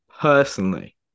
personally